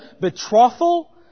betrothal